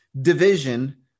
division